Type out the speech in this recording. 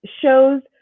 shows